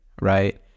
right